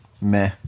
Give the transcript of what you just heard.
Meh